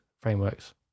frameworks